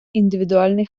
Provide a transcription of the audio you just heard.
індивідуальний